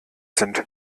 sind